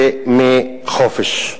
ומחופש.